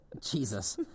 Jesus